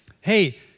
hey